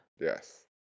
Yes